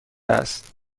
است